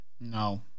no